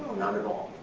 not at all.